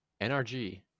NRG